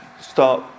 start